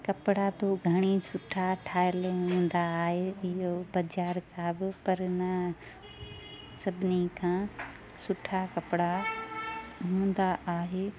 जीअं कपिड़ा तू घड़ी सुठा ठाहियलु ई हूंदा आहे इओ बाज़ारि खां बि पर न सभिनी खां सुठा कपिड़ा हूंदा आहे